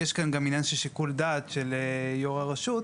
יש כאן גם עניין של שיקול דעת של יו"ר הרשות,